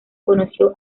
conoció